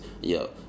yo